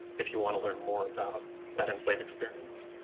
if you to learn more about that enslaved experience.